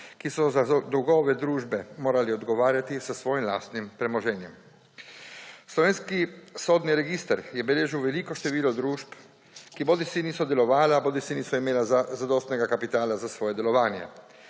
ki so za dolgove družbe morali odgovarjati s svojim lastnim premoženjem. Slovenski sodni register je beležil veliko število družb, ki bodisi niso delovale bodisi niso imele zadostnega kapitala za svoje delovanje.